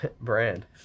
brand